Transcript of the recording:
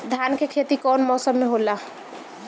धान के खेती कवन मौसम में होला?